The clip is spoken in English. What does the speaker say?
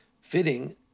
fitting